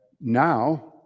now